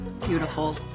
Beautiful